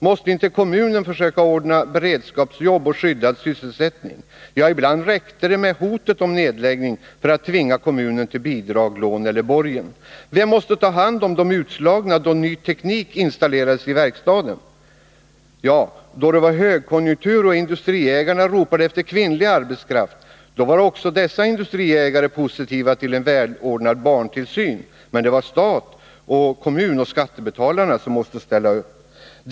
Måste inte kommunen försöka ordna beredskapsjobb och skyddad sysselsättning? Ja, ibland räckte hotet om en nedläggning för att tvinga kommunen till bidrag, lån eller borgen. Vem måste ta hand om de utslagna då ny teknik installerades i verkstaden? När det var högkonjunktur och industriägarna ropade efter kvinnlig arbetskraft — då var också industriägarna positiva till en välordnad barntillsyn. Men det var stat och kommun, dvs. skattebetalarna, som måste ställa upp!